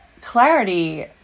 clarity